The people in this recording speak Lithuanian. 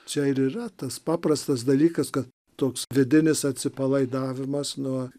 čia ir yra tas paprastas dalykas kad toks vidinis atsipalaidavimas nuo